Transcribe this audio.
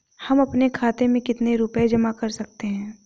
हम अपने खाते में कितनी रूपए जमा कर सकते हैं?